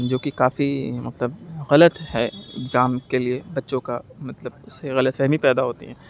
جوکہ کافی مطلب غلط ہے اگزام کے لیے بچوں کا مطلب اس سے غلط فہمی پیدا ہوتی ہے